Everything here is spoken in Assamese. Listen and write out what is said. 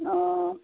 অঁ